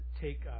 take